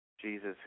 Jesus